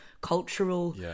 cultural